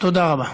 תודה רבה.